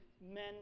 men